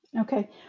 Okay